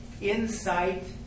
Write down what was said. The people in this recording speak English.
insight